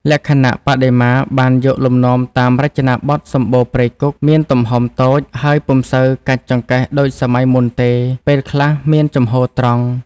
លក្ខណៈបដិមាបានយកលំនាំតាមរចនាបថសម្បូណ៍ព្រៃគុក មានទំហំតូច ហើយពុំសូវកាច់ចង្កេះដូចសម័យមុនទេ ពេលខ្លះមានជំហរត្រង់។